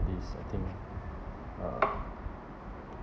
is I think uh